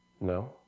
No